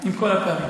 עם כל הפערים.